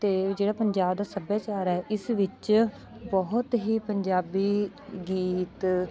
ਅਤੇ ਜਿਹੜਾ ਪੰਜਾਬ ਦਾ ਸੱਭਿਆਚਾਰ ਹੈ ਇਸ ਵਿੱਚ ਬਹੁਤ ਹੀ ਪੰਜਾਬੀ ਗੀਤ